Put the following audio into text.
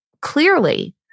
clearly